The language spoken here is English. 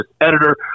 editor